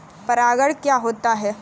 परागण क्या होता है?